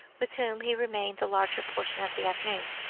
with whom he remained the larger portion of the afternoon,